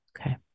Okay